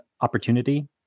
opportunity